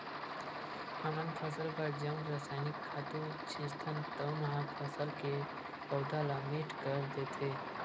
हमन फसल बर जउन रसायनिक खातू छितथन तउन ह फसल के पउधा ल मीठ कर देथे